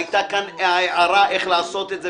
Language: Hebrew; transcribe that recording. והיתה כאן הערה של עמוס איך לעשות את זה